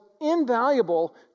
invaluable